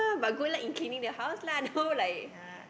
but good life in cleaning the house lah no like